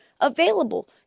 available